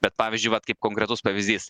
bet pavyzdžiui vat kaip konkretus pavyzdys